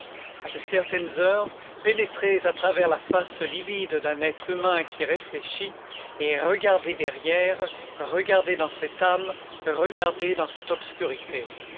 à de certaines heures pénétrez à travers la face livide d'un être humain qui réfléchit et regardez derrière regardez dans cette âme regardez dans cette obscurité